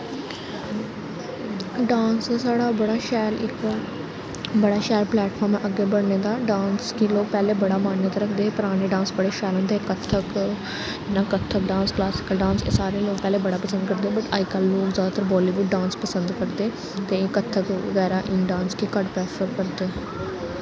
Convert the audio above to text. dance साढ़ा बड़ा शैल इक बड़ा शैल प्लैटफार्म ऐ अग्गे बढ़ने दा डांस की लोक पैह्ले बड़ा मान्यता रक्खदे हे पराने डांस बड़े शैल होंदे हे कत्थक जि'यां कत्थक डांस क्लासिकल डांस एह् सारे लोक पैह्ले बड़ा पसंद करदे हे बट अजकल्ल लोक जैदातर बालीवुड डांस पसंद करदे ते कत्थक बगैरा इन डांस गी घट्ट प्रैफर करदे